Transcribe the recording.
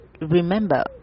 remember